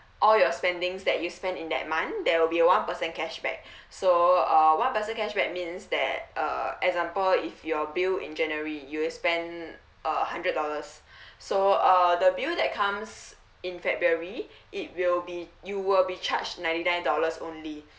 all your spending that you spend in that month there will be one percent cashback so uh one percent cashback means that uh example if your bill in january you spend uh hundred dollars so uh the bill that comes in february it will be you will be charged ninety nine dollars only